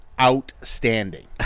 outstanding